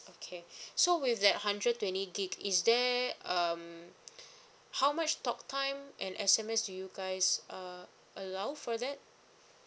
okay so with that hundred twenty gig is there um how much talktime and S_M_S do you guys uh allow for that